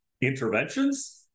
interventions